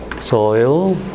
soil